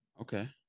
Okay